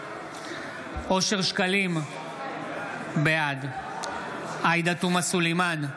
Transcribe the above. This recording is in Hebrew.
אושר שקלים, בעד עאידה תומא סלימאן,